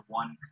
one